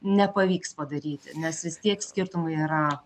nepavyks padaryti nes vis tiek skirtumai yra